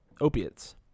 Opiates